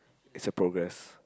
it's a progress